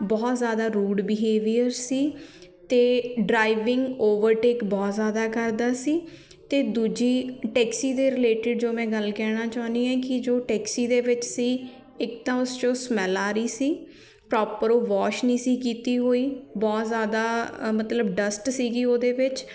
ਬਹੁਤ ਜ਼ਿਆਦਾ rude behaviour ਸੀ ਅਤੇ ਡਰਾਈਵਿੰਗ ਓਵਰਟੇਕ ਬਹੁਤ ਜ਼ਿਆਦਾ ਕਰਦਾ ਸੀ ਅਤੇ ਦੂਜੀ ਟੈਕਸੀ ਦੇ ਰਿਲੇਟਿਡ ਜੋ ਮੈਂ ਗੱਲ ਕਹਿਣਾ ਚਾਹੁੰਦੀ ਹਾਂ ਕਿ ਜੋ ਟੈਕਸੀ ਦੇ ਵਿੱਚ ਸੀ ਇੱਕ ਤਾਂ ਉਸ 'ਚੋਂ ਸਮੈਲ ਆ ਰਹੀ ਸੀ ਪ੍ਰੋਪਰ ਉਹ ਵੋਸ਼ ਨਹੀਂ ਸੀ ਕੀਤੀ ਹੋਈ ਬਹੁਤ ਜ਼ਿਆਦਾ ਮਤਲਬ ਡਸਟ ਸੀਗੀ ਉਹਦੇ ਵਿੱਚ